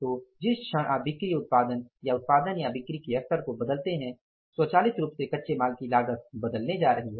तो जिस क्षण आप बिक्री और उत्पादन या उत्पादन या बिक्री के स्तर को बदलते हैं स्वचालित रूप से कच्चे माल की लागत बदलने जा रही है